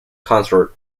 consort